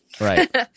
Right